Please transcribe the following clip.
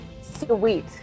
Sweet